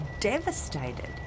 devastated